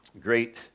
great